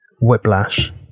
whiplash